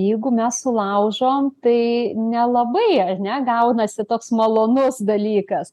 jeigu mes sulaužom tai nelabai ar ne gaunasi toks malonus dalykas